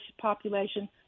population